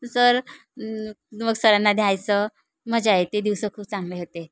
sir मग सरांना द्यायचं मजा येते दिवसं खूप चांगले होते